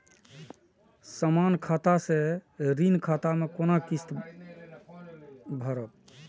समान खाता से ऋण खाता मैं कोना किस्त भैर?